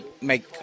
make